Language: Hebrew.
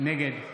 נגד